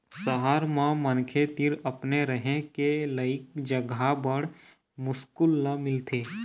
सहर म मनखे तीर अपने रहें के लइक जघा बड़ मुस्कुल ल मिलथे